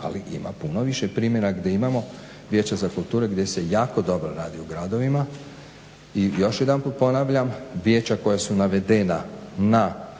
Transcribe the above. ali ima puno više primjera gdje imamo vijeća za kulturu gdje se jako dobro radi u gradovima. I još jedanput ponavljam, vijeća koja su navedena na